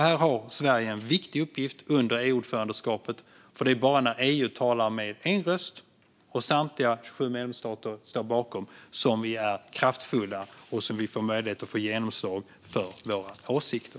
Här har Sverige en viktig uppgift under ordförandeskapet, för det är bara när EU talar med en röst och samtliga 27 medlemsstater står bakom som vi är kraftfulla och har möjlighet att få genomslag för våra åsikter.